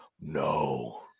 no